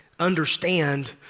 understand